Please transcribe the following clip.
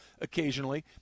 occasionally